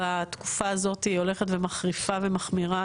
בתקופה הזאתי הולכת ומחריפה ומחמירה,